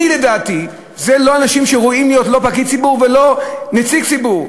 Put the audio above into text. לדעתי אלה לא אנשים שראויים להיות לא פקידי ציבור ולא נציגי ציבור.